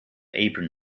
apron